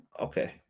Okay